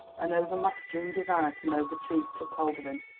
an overmastering desire to know the truth took hold of him.